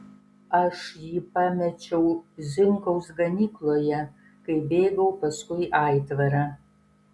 aš jį pamečiau zinkaus ganykloje kai bėgau paskui aitvarą